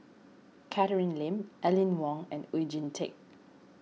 Catherine Lim Aline Wong and Oon Jin Teik